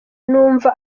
numva